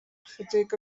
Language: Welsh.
ychydig